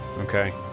Okay